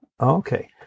Okay